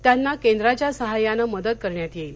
त्यांना केंद्राच्या सहाय्यानं मदत करण्यात येईल